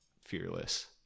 fearless